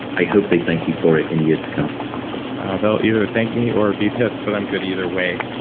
i hope they thank you for it in years to come ah they'll either thank me or be pissed, but i'm good either way.